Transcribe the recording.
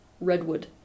redwood